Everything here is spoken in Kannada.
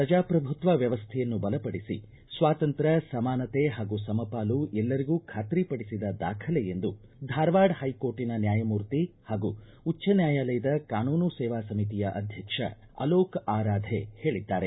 ಪ್ರಜಾಪ್ರಭುತ್ವ ವ್ಯವಸ್ಥೆಯನ್ನು ಬಲಪಡಿಸಿ ಸ್ವಾತಂತ್ರ್ಯ ಸಮಾನತೆ ಹಾಗೂ ಸಮಪಾಲು ಎಲ್ಲರಿಗೂ ಖಾತ್ರಿಪಡಿಸಿದ ದಾಖಲೆ ಎಂದು ಧಾರವಾಡ ಹೈಕೋರ್ಟನ ನ್ಯಾಯಮೂರ್ತಿ ಹಾಗೂ ಉಚ್ಚ ನ್ಯಾಯಾಲಯದ ಕಾನೂನು ಸೇವಾ ಸಮಿತಿಯ ಅಧ್ಯಕ್ಷ ಅಲೋಕ್ ಆರಾಧೆ ಹೇಳಿದ್ದಾರೆ